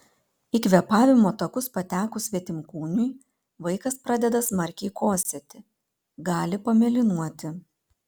į kvėpavimo takus patekus svetimkūniui vaikas pradeda smarkiai kosėti gali pamėlynuoti